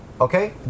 Okay